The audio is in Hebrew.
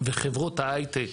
וחברות ההייטק